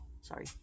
Sorry